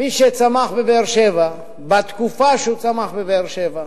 מי שצמח בבאר-שבע, בתקופה שהוא צמח בבאר-שבע,